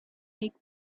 make